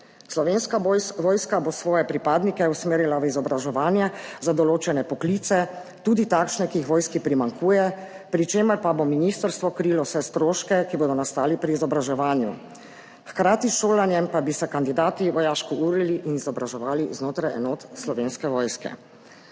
Slovenska vojska bo svoje pripadnike usmerila v izobraževanje za določene poklice, tudi takšne, ki jih vojski primanjkuje, pri čemer pa bo ministrstvo krilo vse stroške, ki bodo nastali pri izobraževanju, hkrati s šolanjem pa bi se kandidati vojaško urili in izobraževali znotraj enot Slovenske vojske.